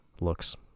looks